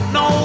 no